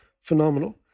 phenomenal